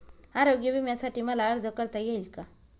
आरोग्य विम्यासाठी मला अर्ज करता येईल का?